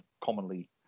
commonly